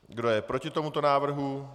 Kdo je proti tomuto návrhu?